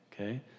okay